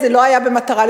זה לא היה במטרה ל,